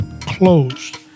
closed